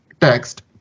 text